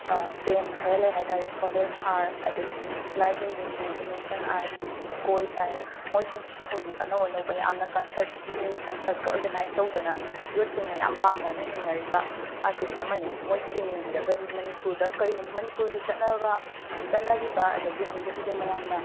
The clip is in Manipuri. ꯕꯦꯟ ꯈꯔ ꯂꯩ ꯍꯥꯏꯕ ꯇꯥꯔꯦ ꯁꯣꯂꯦꯁ ꯍꯥꯔ ꯑꯗꯒꯤ ꯂꯥꯏꯐ ꯏꯟ ꯂꯤꯝꯕꯨ ꯏꯟꯅꯣꯁꯦꯟ ꯑꯥꯏꯁ ꯀꯣꯏ ꯀꯥꯏꯅ ꯃꯣꯏꯁꯤꯡꯁꯤꯁꯨ ꯍꯧꯖꯤꯛ ꯑꯅꯧ ꯑꯅꯧꯕ ꯌꯥꯝꯅ ꯀꯟꯁꯔꯠ ꯃꯤꯅꯤ ꯀꯟꯁꯔꯠꯀ ꯑꯣꯔꯒꯅꯥꯏꯁ ꯇꯧꯗꯅ ꯌꯨꯠꯁꯤꯡꯁꯤꯅ ꯌꯥꯝꯅ ꯄꯥꯝꯅꯅ ꯌꯦꯡꯅꯔꯤꯕ ꯑꯥꯔꯇꯤꯁ ꯑꯃꯅꯤ ꯃꯣꯏꯛꯁꯦ ꯌꯦꯡꯕꯤꯔꯒꯗꯤ ꯃꯅꯤꯄꯨꯔꯗ ꯀꯔꯤꯒꯨꯝ ꯃꯅꯤꯄꯨꯔꯒꯤ ꯆꯠꯅꯕ ꯆꯠꯅꯔꯤꯕ ꯑꯗꯒꯤ ꯍꯧꯖꯤꯛ ꯍꯧꯖꯤꯛ ꯃꯌꯥꯝꯅ